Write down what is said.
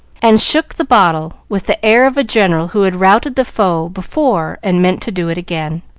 and shook the bottle with the air of a general who had routed the foe before and meant to do it again.